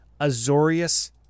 Azorius